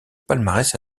palmarès